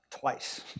twice